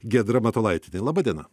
giedra matulaitienė laba diena